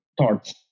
thoughts